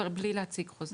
אבל בלי להציג חוזה.